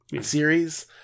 series